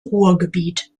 ruhrgebiet